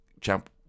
Champ